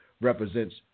represents